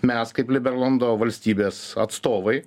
mes kaip liberlondo valstybės atstovai